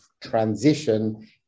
transition